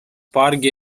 pargi